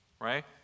right